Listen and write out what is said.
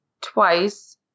twice